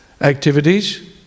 activities